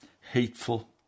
hateful